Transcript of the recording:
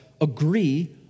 agree